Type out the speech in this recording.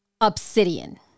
Obsidian